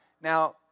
now